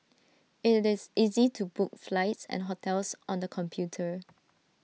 IT this easy to book flights and hotels on the computer